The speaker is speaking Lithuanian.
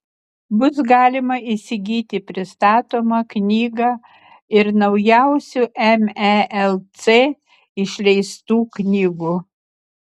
bus galima įsigyti pristatomą knygą ir naujausių melc išleistų knygų